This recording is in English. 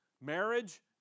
marriage